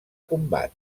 combat